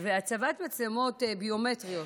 והצבת מצלמות ביומטריות,